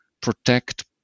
protect